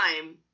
time